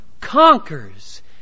conquers